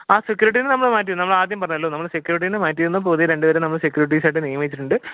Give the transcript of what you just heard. അ സെക്യൂരിറ്റിനെ നമ്മൾ മാറ്റി നമ്മൾ ആദ്യം പറഞ്ഞല്ലോ നമ്മൾ സെക്യൂരിറ്റിനെ മാറ്റി എന്നും പുതിയ രണ്ട് പേരെ നമ്മൾ സെക്യൂരിറ്റീസ് ആയിട്ട് നിയമിച്ചിട്ടുണ്ട്